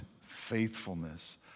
faithfulness